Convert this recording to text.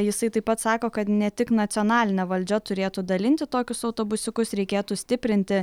jisai taip pat sako kad ne tik nacionalinė valdžia turėtų dalinti tokius autobusiukus reikėtų stiprinti